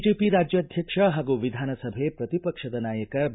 BJP ರಾಜ್ಯಾಧ್ಯಕ್ಷ ಹಾಗೂ ವಿಧಾನಸಭೆ ಪ್ರತಿಪಕ್ಷದ ನಾಯಕ ಬಿ